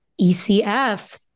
ECF